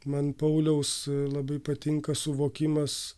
man pauliaus labai patinka suvokimas